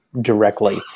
directly